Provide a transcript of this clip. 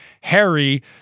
Harry